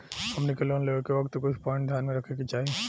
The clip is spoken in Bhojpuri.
हमनी के लोन लेवे के वक्त कुछ प्वाइंट ध्यान में रखे के चाही